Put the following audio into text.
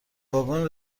واگن